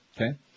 Okay